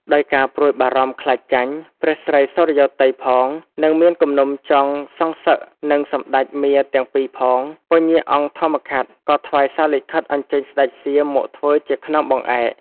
ដោយការព្រួយបារម្មណ៍ខ្លាចចាញ់ ព្រះស្រីសុរិយោទ័យផង និងមានគំនុំចង់សងសឹកនិងសម្ដេចមារទាំងពីរផង ពញ្ញាអង្គធម្មខាត់ ក៏ថ្វាយសារលិខិត អញ្ជើញស្ដេចសៀមមកធ្វើជាខ្នងបង្អែក។